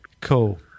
Cool